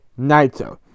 Naito